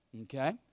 Okay